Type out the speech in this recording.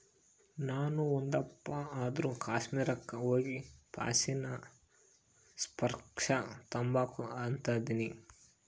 ನಾಣು ಒಂದಪ್ಪ ಆದ್ರೂ ಕಾಶ್ಮೀರುಕ್ಕ ಹೋಗಿಪಾಶ್ಮಿನಾ ಸ್ಕಾರ್ಪ್ನ ತಾಂಬಕು ಅಂತದನಿ